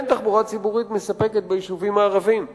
אין תחבורה ציבורית מספקת ביישובים הערביים והדרוזיים.